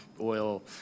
oil